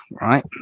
Right